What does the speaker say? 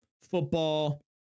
football